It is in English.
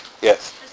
Yes